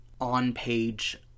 on-page